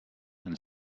and